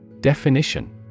Definition